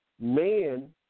Man